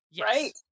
right